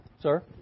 sir